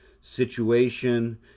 situation